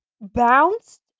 bounced